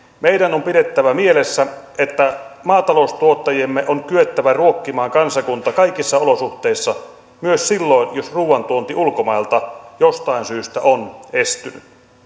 meidän on pidettävä mielessä että maataloustuottajiemme on kyettävä ruokkimaan kansakunta kaikissa olosuhteissa myös silloin jos ruuan tuonti ulkomailta jostain syystä on estynyt